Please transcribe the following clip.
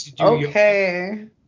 Okay